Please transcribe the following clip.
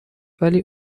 ولی